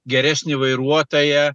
geresnį vairuotoją